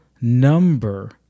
number